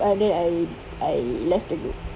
ah then I I left the group